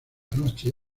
noche